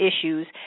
issues